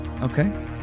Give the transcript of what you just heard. okay